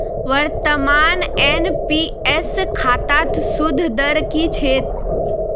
वर्तमानत एन.पी.एस खातात सूद दर की छेक